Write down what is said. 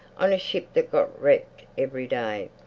on a ship that got wrecked every day.